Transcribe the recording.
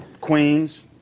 Queens